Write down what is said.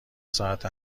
ساعت